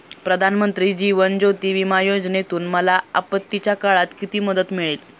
प्रधानमंत्री जीवन ज्योती विमा योजनेतून मला आपत्तीच्या काळात किती मदत मिळेल?